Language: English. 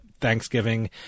Thanksgiving